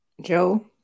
Joe